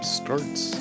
starts